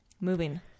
moving